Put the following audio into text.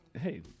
Hey